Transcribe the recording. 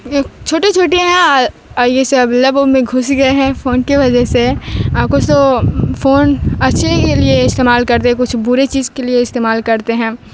چھوٹے چھوٹے ہیں یہ سب لب میں گھس گئے ہیں فون کی وجہ سے کچھ تو فون اچھے کے لیے استعمال کرتے کچھ برے چیز کے لیے استعمال کرتے ہیں